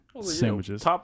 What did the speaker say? sandwiches